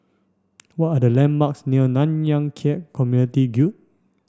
what are the landmarks near Nanyang Khek Community Guild